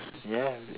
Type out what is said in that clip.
ya